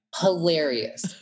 Hilarious